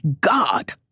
God